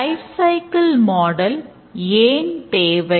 life cycle model ஏன் தேவை